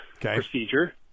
procedure